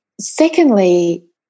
Secondly